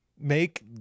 make